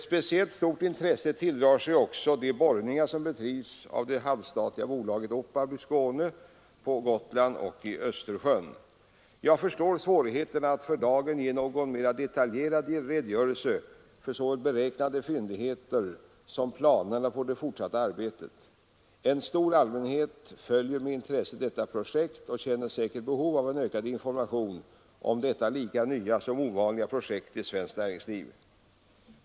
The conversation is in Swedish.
Speciellt stort intresse tilldrar sig de borrningar som bedrivs av det halvstatliga bolaget OPAB i Skåne, på Gotland och i Östersjön. Jag förstår svårigheterna att för dagen lämna någon mera detaljerad redogörelse för såväl beräknade fyndigheter som planerna för det fortsatta arbetet. En stor allmänhet följer med intresse detta projekt och känner säkert behov av en ökad information om detta lika nya som ovanliga projekt i svenskt näringsliv.